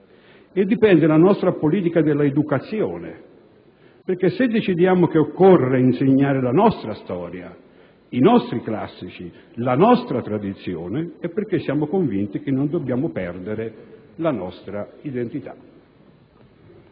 e dipende la nostra politica dell'educazione, perché se decidiamo che occorre insegnare la nostra storia, i nostri classici, la nostra tradizione è perché siamo convinti che non dobbiamo perdere la nostra identità.